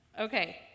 Okay